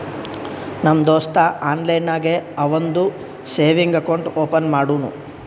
ನಮ್ ದೋಸ್ತ ಆನ್ಲೈನ್ ನಾಗೆ ಅವಂದು ಸೇವಿಂಗ್ಸ್ ಅಕೌಂಟ್ ಓಪನ್ ಮಾಡುನೂ